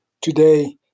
today